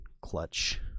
Clutch